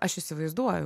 aš įsivaizduoju